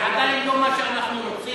זה עדיין לא מה שאנחנו רוצים,